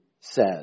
says